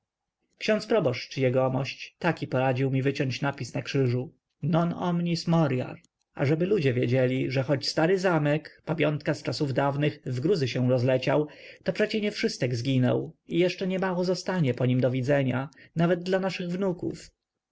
ksiądz proboszcz jegomość taki poradził mi wyciąć napis na krzyżu ażeby ludzie wiedzieli że choć stary zamek pamiątka z czasów dawnych w gruzy się rozleciał to przecie nie wszystek zginął i jeszcze niemało zostanie po nim do widzenia nawet dla naszych wnuków